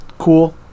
cool